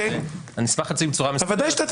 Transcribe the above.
אני אשמח להציג בצורה מסודרת.